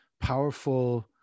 Powerful